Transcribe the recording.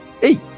hey